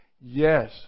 Yes